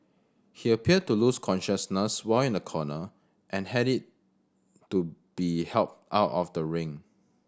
he appeared to lose consciousness while in a corner and had it to be helped out of the ring